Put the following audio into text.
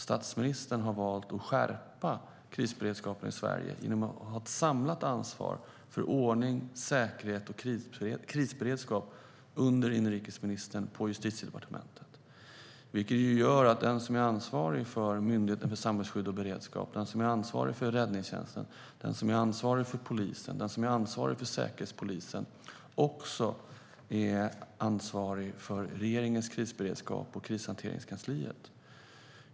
Statsministern har valt att skärpa krisberedskapen i Sverige genom att ha ett samlat ansvar för ordning, säkerhet och krisberedskap under inrikesministern på Justitiedepartementet, vilket gör att den som är ansvarig för Myndigheten för samhällsskydd och beredskap, räddningstjänsten, polisen och Säkerhetspolisen också är ansvarig för regeringens krisberedskap och krishanteringskansliet.